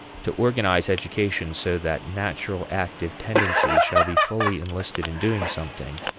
to organize education so that natural active tendencies shall be fully enlisted in doing something,